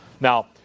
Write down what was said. Now